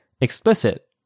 explicit